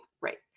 right